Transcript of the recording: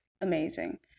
amazing